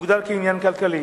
מוגדר עניין כלכלי.